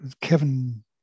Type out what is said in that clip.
Kevin